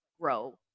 grow